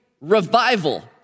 revival